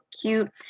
cute